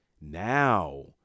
Now